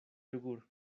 yogur